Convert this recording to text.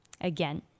Again